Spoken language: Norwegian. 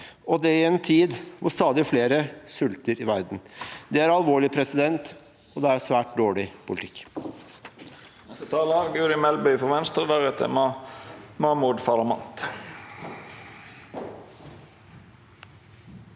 og det i en tid hvor stadig flere sulter i verden. Det er alvorlig, og det er svært dårlig politikk.